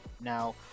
Now